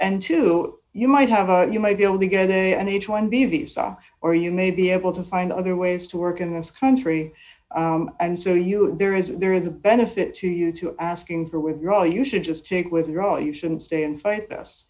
and to you might have you might be able to get a and h one b visa or you may be able to find other ways to work in this country and so you there is there is a benefit to you to asking for withdrawal you should just stick with your oh you shouldn't stay and fight us